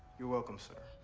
you're welcome, sir.